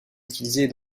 utilisées